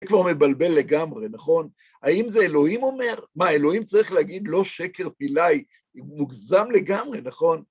זה כבר מבלבל לגמרי, נכון? האם זה אלוהים אומר? מה, אלוהים צריך להגיד לא שקר פילאי, אם הוא מוגזם לגמרי, נכון?